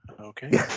Okay